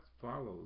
follows